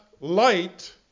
light